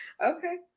okay